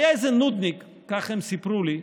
היה איזה נודניק, כך הם סיפרו לי,